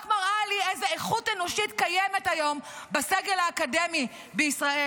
רק מראה לי איזו איכות אנושית קיימת היום בסגל האקדמי בישראל.